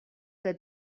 que